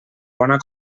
bona